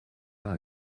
pas